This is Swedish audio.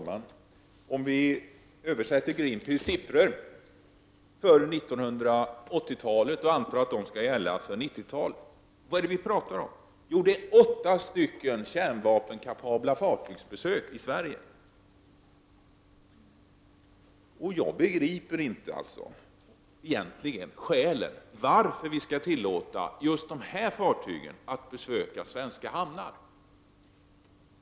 Herr talman! Vi kan ta och överföra siffrorna från Greenpeace för 1980 talet och anta att de skall gälla för 1990-talet för att få en uppfattning om vad vi talar om. Det gäller då åtta kärnvapenkapabla fartygsbesök i Sverige. Jag förstår egentligen inte skälen till varför vi skulle tillåta just dessa fartyg att besöka svenska hamnar.